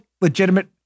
legitimate